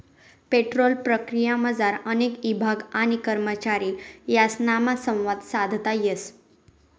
petrol प्रक्रियामझार अनेक ईभाग आणि करमचारी यासनामा संवाद साधता येस